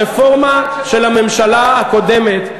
הרפורמה של הממשלה הקודמת,